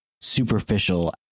superficial